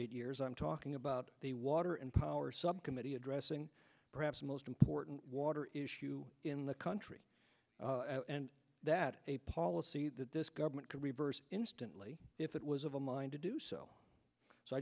eight years i'm talking about the water and power subcommittee addressing perhaps the most important water issue in the country and that a policy that this government could reverse instantly if it was of a mind to do so so i